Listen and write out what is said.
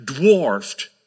dwarfed